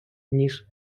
ніж